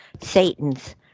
Satan's